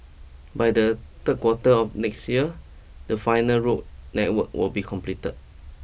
by the third quarter of next year the final road network will be completed